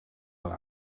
zijn